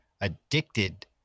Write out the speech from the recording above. addicted